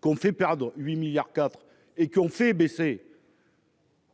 qu'on fait perdre 8 milliards IV et qui ont fait baisser.